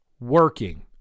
working